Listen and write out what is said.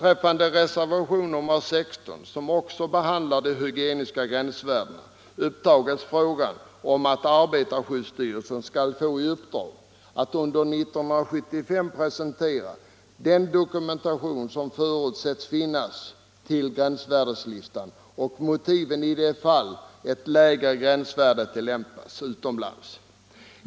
I reservationen 16, som också behandlar de hygieniska gränsvärdena, upptas frågan om att arbetarskyddsstyrelsen skall få i uppdrag att under 1975 presentera den dokumentation som förutsätts finnas till gränsvärdeslistan och motiven i de fall ett lägre gränsvärde tillämpas utomlands.